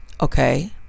okay